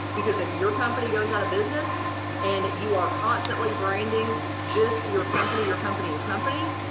because if your company goes out of business and you are constantly branding just your company, your company, your company,